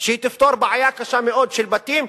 כדי שהיא תפתור בעיה קשה מאוד של בתים.